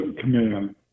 Command